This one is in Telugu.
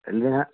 అంతేనా